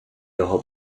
його